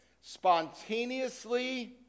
spontaneously